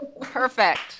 perfect